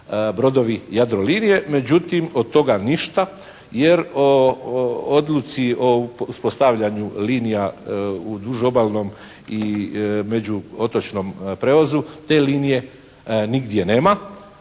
brodovi Jadrolinije. Međutim od toga ništa, jer o odluci o uspostavljanju linija u duž obalnom i međuotočnom prijevozu te linije nigdje nema.